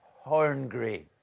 horngry?